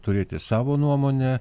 turėti savo nuomonę